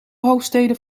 hoofdsteden